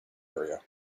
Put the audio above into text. area